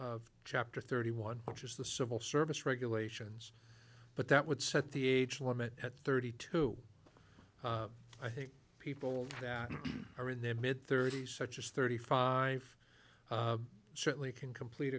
of chapter thirty one such as the civil service regulations but that would set the age limit at thirty two i think people that are in their mid thirty's such as thirty five certainly can complete